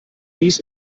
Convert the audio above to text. dies